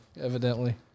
evidently